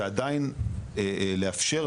ועדיין לאפשר,